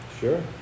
Sure